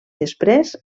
després